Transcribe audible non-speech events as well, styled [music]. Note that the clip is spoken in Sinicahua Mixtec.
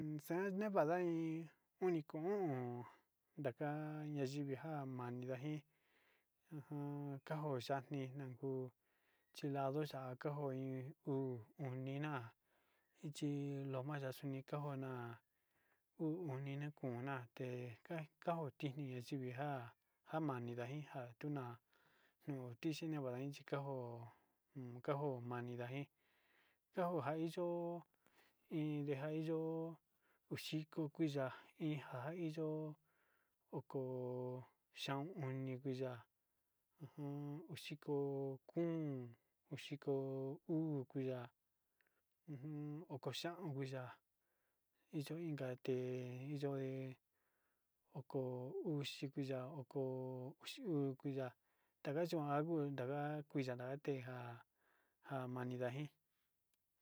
Uun xa'a nivada iin uniko ndaka yaivijan mane ndaje ujun kako xhenia ndako [unintelligible] lado ka'a kajo iin tuu unia iyi lomana kanjona uu oni ni konate, he tako njini kinija njami ndaji kuna'a nuu tixhi ndavai kikanjó uun kanjo ndavi kanji kojaiyo iin kaji yo uxiko kuia njaiyo oko xaón oni kuiya njun uxiko kun uxiko kuu kuia ujun oko xaon kuia iin yo nka te iyoé oko uxi kui oko uxi uu kuia taka kaxhi kau kui'a ha kuiya ndateja amani ndaji.